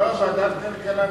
ועדת כלכלה.